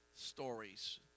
stories